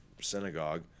synagogue